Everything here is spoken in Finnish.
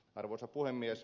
arvoisa puhemies